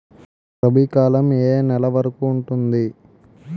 రబీ కాలం ఏ ఏ నెల వరికి ఉంటుంది?